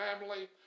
family